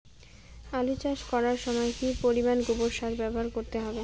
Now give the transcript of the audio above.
আলু চাষ করার সময় কি পরিমাণ গোবর সার ব্যবহার করতে হবে?